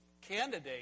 candidate